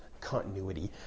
continuity